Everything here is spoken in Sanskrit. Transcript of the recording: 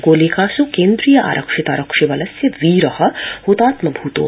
गोलिकास् केन्द्रीय आरक्षितारक्षिबलस्य वीर हतात्मभूतो जात